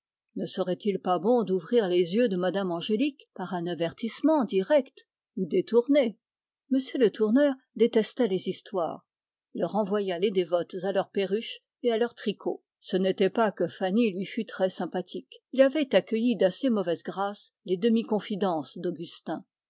ne serait-il pas bon d'ouvrir les yeux de mme angélique par un avertissement direct ou détourné m le tourneur détestait les histoires il renvoya les dévotes à leur perruche et à leur tricot ce n'était pas que fanny lui fût très sympathique il avait accueilli d'assez mauvaise grâce les demi confidences d'augustin